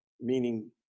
meaning